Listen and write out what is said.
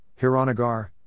Hiranagar